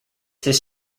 his